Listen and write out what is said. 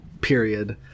period